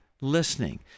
listening